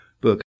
book